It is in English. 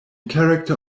character